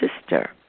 Sister